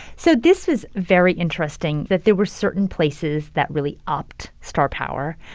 so this was very interesting, that there were certain places that really upped star power.